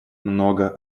много